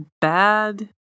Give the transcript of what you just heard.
bad